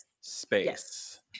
space